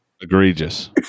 Egregious